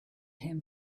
him